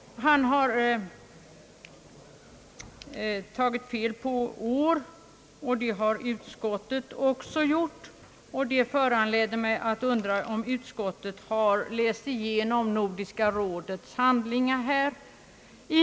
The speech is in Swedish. Han har dock tagit fel på år, vilket utskottet också gjort. Detta föranleder mig att undra om utskottet har läst igenom Nordiska rådets handlingar.